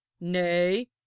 nay